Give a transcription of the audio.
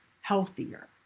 healthier